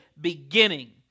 beginning